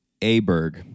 Aberg